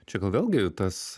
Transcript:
čia gal vėlgi tas